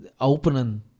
opening